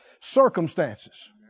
circumstances